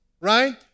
right